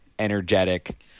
energetic